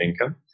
income